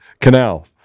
canal